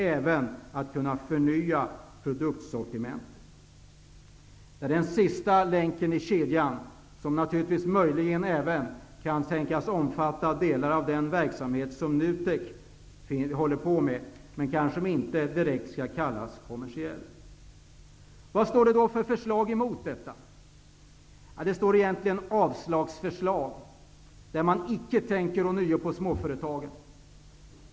Det är den sista länken i kedjan, som även kan tänkas omfatta delar av den verksamhet som NUTEK håller på med, men som inte direkt skall kallas kommersiell. Vilket förslag står då emot detta? Det är egentligen enbart ett avslagsyrkande. Man tänker inte på småföretagen.